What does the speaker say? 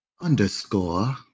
underscore